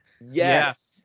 yes